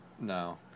No